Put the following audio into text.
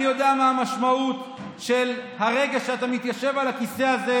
אני יודע מה המשמעות של הרגע שאתה מתיישב על הכיסא הזה,